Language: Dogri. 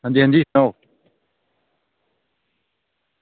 अंजी अंजी सनाओ